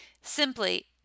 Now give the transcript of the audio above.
Simply